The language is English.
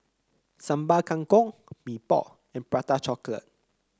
Sambal Kangkong Mee Pok and Prata Chocolate